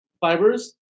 fibers